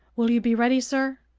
will you be ready, sir?